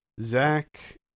Zach